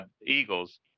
Eagles